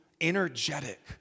energetic